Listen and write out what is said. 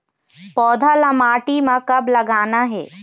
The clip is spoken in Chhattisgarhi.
पौधा ला माटी म कब लगाना हे?